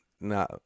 No